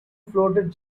floated